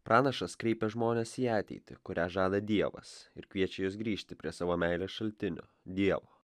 pranašas kreipia žmones į ateitį kurią žada dievas ir kviečia juos grįžti prie savo meilės šaltinio dievo